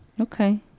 Okay